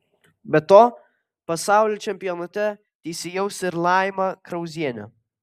be to pasaulio čempionate teisėjaus ir laima krauzienė